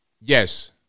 Yes